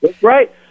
Right